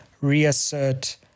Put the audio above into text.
reassert